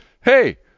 hey